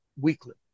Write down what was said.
weekly